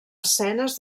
escenes